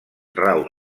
rau